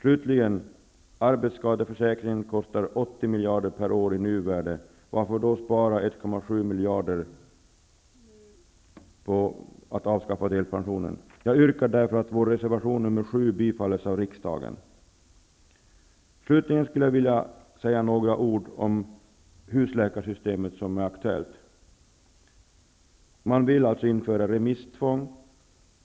Slutligen: Arbetsskadeförsäkringen kostar 80 miljarder per år i nuvärde, varför då spara 1,7 miljarder på att avskaffa delpensionen? Jag yrkar därför att vår reservation nr 7 bifalles av riksdagen. Slutligen vill jag säga några ord om husläkarsystemet, som är en aktuell fråga. Man vill införa remisstvång.